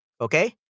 okay